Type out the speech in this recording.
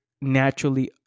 naturally